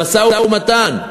למשא-ומתן.